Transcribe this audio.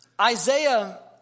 Isaiah